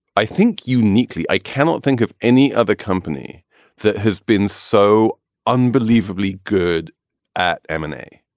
i think uniquely, i cannot think of any other company that has been so unbelievably good at m and a.